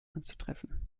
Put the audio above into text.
anzutreffen